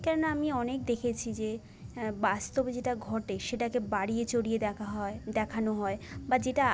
কেননা আমি অনেক দেখেছি যে বাস্তবে যেটা ঘটে সেটাকে বাড়িয়ে চড়িয়ে দেখা হয় দেখানো হয় বা যেটা